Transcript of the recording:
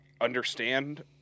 understand